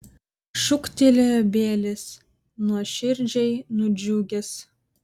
šūktelėjo bielis nuoširdžiai nudžiugęs